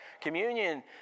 communion